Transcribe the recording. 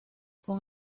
con